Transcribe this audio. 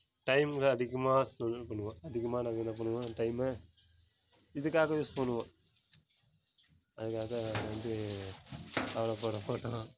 time தான் அதிகமாக செலவு பண்ணுவோம் அதிகமாக நாங்கள் என்ன பண்ணுவோம் டைமை இதுக்காக யூஸ் பண்ணுவோம் அதுக்காக வந்து கவலைப்படமாட்டோம்